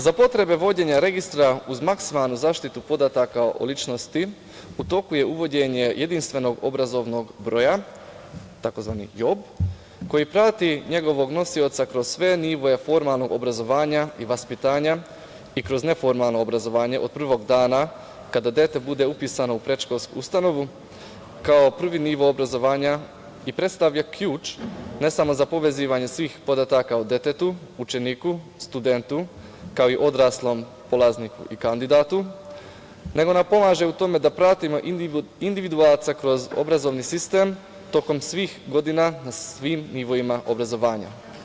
Za potrebe vođenja registra, uz maksimalnu zaštitu podataka o ličnosti, u toku je uvođenje jedinstvenog obrazovnog broja, tzv. JOB, koji prati njegovog nosioca kroz sve nivoe formalnog obrazovanja i vaspitanja i kroz neformalno obrazovanje, od prvog dana kada dete bude upisano u predškolsku ustanovu, kao prvi nivo obrazovanja i predstavlja ključ ne samo za povezivanje svih podataka o detetu, učeniku, studentu, kao i odraslom polazniku i kandidatu, nego nam pomaže u tome da pratimo individualca kroz obrazovni sistem tokom svih godina na svim nivoima obrazovanja.